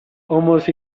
almost